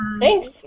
Thanks